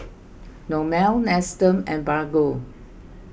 Hormel Nestum and Bargo